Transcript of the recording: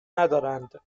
ندارند